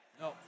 No